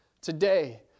today